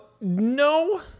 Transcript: no